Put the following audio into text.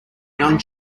young